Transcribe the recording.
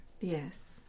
yes